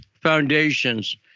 foundations